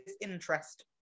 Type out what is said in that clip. interest